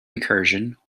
recursion